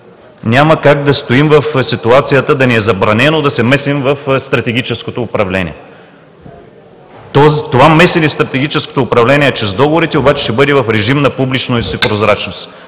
няма как да стоим в ситуацията да ни е забранено да се месим в стратегическото управление. Това месене в стратегическото управление чрез договорите обаче ще бъде в режим на публичност и прозрачност.